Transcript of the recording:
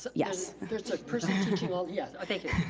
yes. there's a person to all the, yeah, thank you.